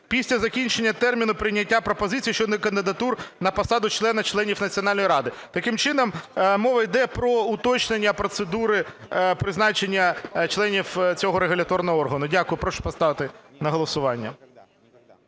після закінчення терміну прийняття пропозицій щодо кандидатур на посаду члена (членів) Національної ради". Таким чином, мова йде про уточнення процедури призначення членів цього регуляторного органу. Дякую. Прошу поставити на голосування.